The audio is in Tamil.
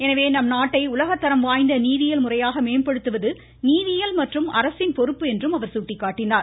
எனவே நம் நாட்டை உலகத்தரம் வாய்ந்த நீதியியல் முறையாக மேம்படுத்துவது நீதியியல் மற்றும் அரசின் பொறுப்பு என்றும் அவர் சுட்டிக்காட்டினார்